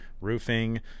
roofing